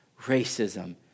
racism